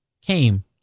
came